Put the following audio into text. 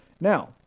Now